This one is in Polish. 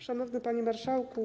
Szanowny Panie Marszałku!